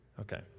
Okay